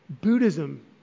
Buddhism